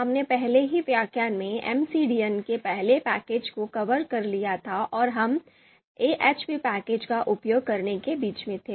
हमने पहले ही व्याख्यान में MCDA के पहले पैकेज को कवर कर लिया था और हम AHPपैकेज का उपयोग करने के बीच में थे